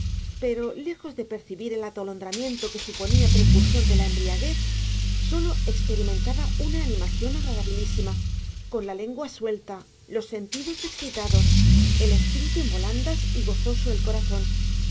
pero lejos de percibir el atolondramiento que suponía precursor de la embriaguez sólo experimentaba una animación agradabilísima con la lengua suelta los sentidos excitados el espíritu en volandas y gozoso el corazón